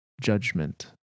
judgment